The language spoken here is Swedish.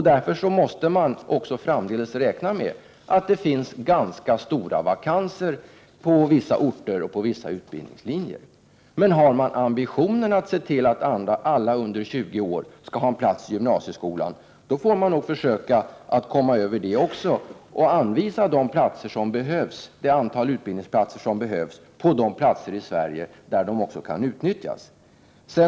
Därför måste man också framdeles räkna med ganska stora vakanser på vissa orter och på vissa utbildningslinjer. Men har man ambitionen att se till att alla under 20 år skall ha en plats i gymnasieskolan, får man nog försöka att komma över det och anvisa det antal utbildningsplatser som behövs på de platser i Sverige där de kan utnyttjas.